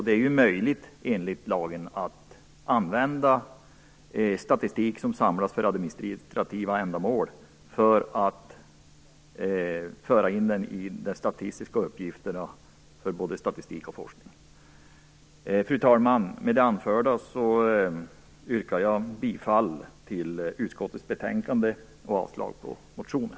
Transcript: Det är ju enligt lagen möjligt att använda statistik som samlats för administrativa ändamål till både statistik och forskning. Fru talman! Med det anförda yrkar jag bifall till hemställan i utskottets betänkande och avslag på motionen.